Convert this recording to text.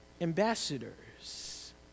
ambassadors